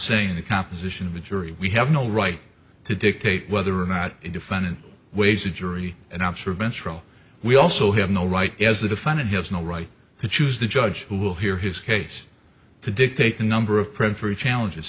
saying the composition of a jury we have no right to dictate whether or not a defendant weighs a jury and i'm sure ventral we also have the right as the defendant has no right to choose the judge who will hear his case to dictate the number of print through challenges